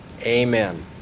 amen